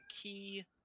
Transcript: key